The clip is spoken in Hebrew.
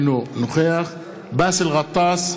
אינו נוכח באסל גטאס,